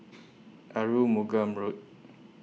Arumugam Road